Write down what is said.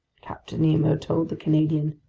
captain nemo told the canadian.